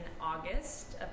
August